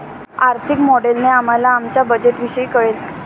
आर्थिक मॉडेलने आम्हाला आमच्या बजेटविषयी कळेल